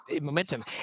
momentum